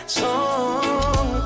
song